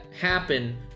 happen